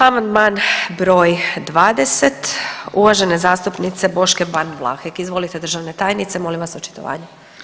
Amandman br. 20 uvažene zastupnice Boške Ban Vlahek, izvolite državna tajnice, molim vas očitovanje.